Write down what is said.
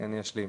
אני אשלים.